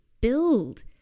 build